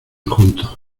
juntos